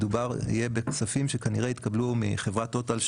יהיה מדובר בכספים שכנראה יתקבלו מחברת טוטאל,